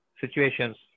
situations